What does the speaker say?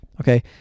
okay